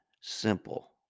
simple